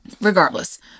regardless